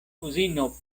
kuzino